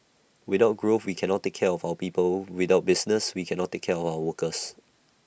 without growth we cannot take care of our people without business we cannot take care of our workers